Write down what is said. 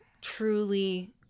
truly